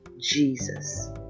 Jesus